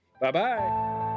bye-bye